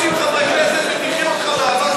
90 חברי כנסת היו מדיחים אותך בשמחה.